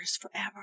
forever